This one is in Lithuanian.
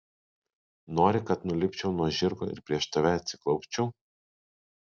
nori kad nulipčiau nuo žirgo ir prieš tave atsiklaupčiau